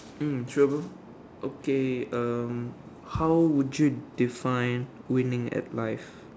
mm sure bro okay um how would you define winning at life